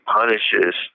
punishes